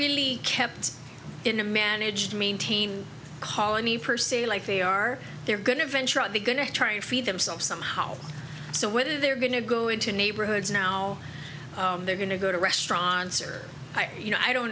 really kept in a managed to maintain colony per se like they are they're going to venture out the going to try and feed themselves somehow so whether they're going to go into neighborhoods now they're going to go to restaurants or you know i don't